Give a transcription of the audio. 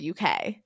UK